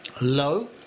low